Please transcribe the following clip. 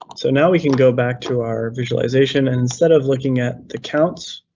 so now we can go back to our visualization. and instead of looking at the counts,